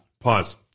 Pause